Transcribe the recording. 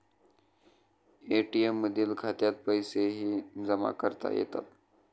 ATM मधील खात्यात पैसेही जमा करता येतात